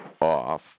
off